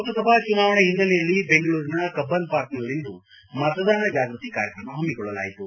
ಲೋಕಸಭಾ ಚುನಾವಣೆ ಓನ್ನೆಲೆಯಲ್ಲಿ ಬೆಂಗಳೂರಿನ ಕಬ್ಬನ್ ಪಾರ್ಕ್ನಲ್ಲಿಂದು ಮತದಾನ ಜಾಗೃತಿ ಕಾರ್ಯಕ್ರಮ ಹಮ್ಮಿಕೊಳ್ಳಲಾಯಿತು